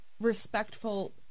respectful